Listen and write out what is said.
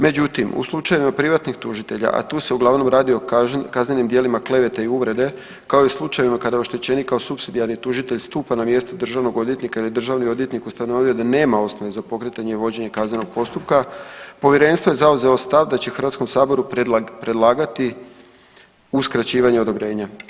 Međutim u slučajevima privatnih tužitelja, a tu se uglavnom radi o kaznenim djelima klevete i uvrede kao i u slučajevima kada je oštećenik kao supsidijarni tužitelj stupa na mjesto državnog odvjetnika ili je državni odvjetnik ustanovio da nema osnove za pokretanje i vođenje kaznenog postupka povjerenstvo je zauzeo stav da će HS predlagati uskraćivanje odobrenja.